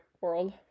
world